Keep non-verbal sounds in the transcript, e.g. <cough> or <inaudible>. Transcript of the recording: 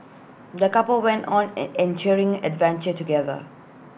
the couple went on an <unintelligible> adventure together